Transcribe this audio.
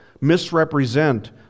misrepresent